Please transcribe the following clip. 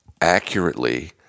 accurately